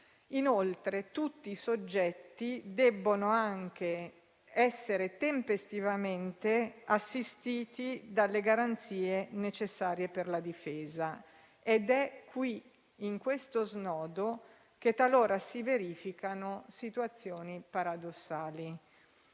Inoltre, tutti i soggetti devono essere anche tempestivamente assistiti dalle garanzie necessarie per la difesa. Ed è qui, in questo snodo, che talora si verificano situazioni paradossali,